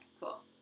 cool